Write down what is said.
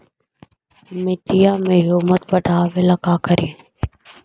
मिट्टियां में ह्यूमस बढ़ाबेला का करिए?